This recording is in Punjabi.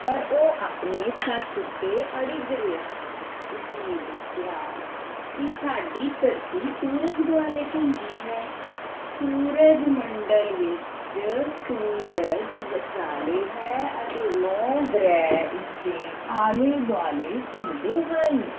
ਪਰ ਉਹ ਆਪਣੇ ਸੱਚ ਉੱਤੇ ਅੜਿਗ ਰਿਹਾ ਉਸਨੇ ਦੱਸਿਆ ਕਿ ਸਾਡੀ ਧਰਤੀ ਸੂਰਜ ਦੁਆਲੇ ਘੁੰਮਦੀ ਹੈ ਸੂਰਜ ਮੰਡਲ ਵਿੱਚ ਸੂਰਜ ਵਿਚਾਲੇ ਹੈ ਅਤੇ ਨੌਂ ਗ੍ਰਹਿ ਇਸਦੇ ਆਲੇ ਦੁਆਲੇ ਘੁੰਮਦੇ ਹਨ